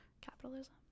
capitalism